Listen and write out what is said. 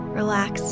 Relax